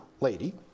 lady